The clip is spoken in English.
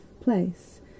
place